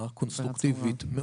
הקונסטרוקטיבית,